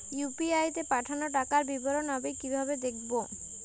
UPI তে পাঠানো টাকার বিবরণ আমি কিভাবে দেখবো?